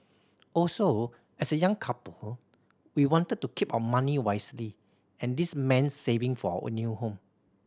also as a young couple we wanted to keep our money wisely and this mean saving for our new home